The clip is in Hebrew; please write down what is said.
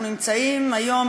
אנחנו נמצאים היום,